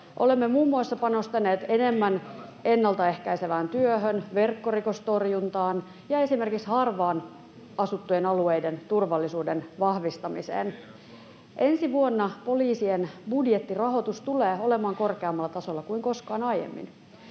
Olemme muun muassa panostaneet enemmän ennaltaehkäisevään työhön, verkkorikostorjuntaan ja esimerkiksi harvaan asuttujen alueiden turvallisuuden vahvistamiseen. Ensi vuonna poliisien budjettirahoitus tulee olemaan korkeammalla tasolla kuin koskaan aiemmin.